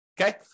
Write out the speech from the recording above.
Okay